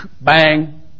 Bang